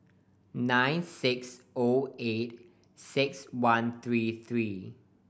nine six O eight six one three three